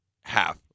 half